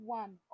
one